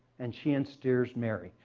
and she and steers marry.